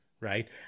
right